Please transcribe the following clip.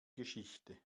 geschichte